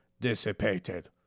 dissipated